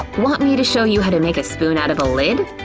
want me to show you how to make a spoon out of a lid?